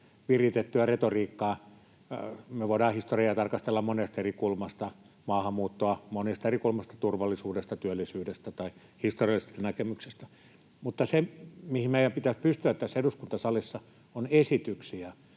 viritettyä retoriikkaa. Me voidaan historiaa tarkastella monesta eri kulmasta, maahanmuuttoa monesta eri kulmasta, turvallisuudesta, työllisyydestä tai historiallisista näkemyksistä, mutta se, mihin meidän pitäisi pystyä tässä eduskuntasalissa, on esityksiin,